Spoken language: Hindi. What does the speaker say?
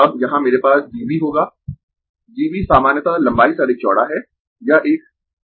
अब यहाँ मेरे पास G B होगा G B सामान्यतः लंबाई से अधिक चौड़ा है यह एक आयताकार आव्यूह है